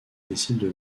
décident